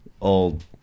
old